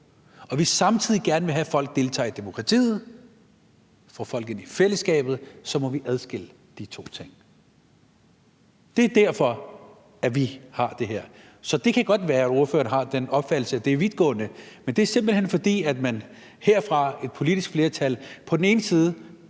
og vi samtidig gerne vil have, at folk deltager i demokratiet, så vi får folk ind i fællesskabet, så må vi adskille de to ting. Det er derfor, vi fremsætter det her. Så det kan godt være, at ordføreren har den opfattelse, at det er vidtgående, men det er simpelt hen, fordi et politisk flertal herfra på den ene side